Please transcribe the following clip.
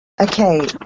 Okay